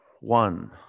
One